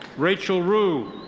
rachel rue.